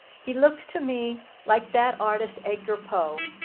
he looks to me like that artist edgar poe,